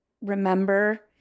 remember